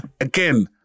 Again